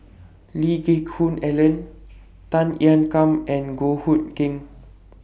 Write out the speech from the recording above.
Lee Geck Hoon Ellen Tan Ean Kiam and Goh Hood Keng